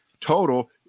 total